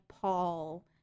Paul